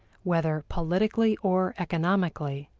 whether politically or economically,